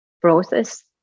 process